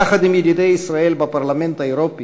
יחד עם ידידי ישראל בפרלמנט האירופי